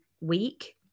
week